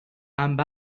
amb